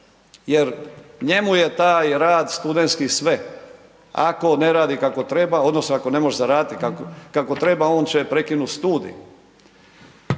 jer njemu je taj rad studentski sve. Ako ne radi kako treba odnosno ako ne možeš zaraditi kako treba on će prekinut studij.